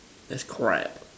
that's crab